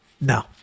no